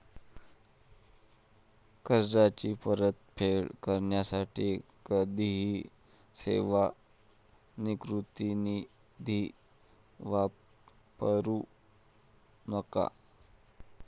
कर्जाची परतफेड करण्यासाठी कधीही सेवानिवृत्ती निधी वापरू नका